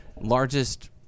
largest